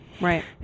Right